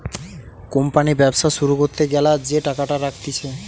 company ব্যবসা শুরু করতে গ্যালা যে টাকাটা রাখতিছে